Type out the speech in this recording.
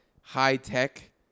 high-tech